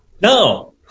No